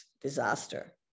disaster